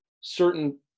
certain